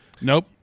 Nope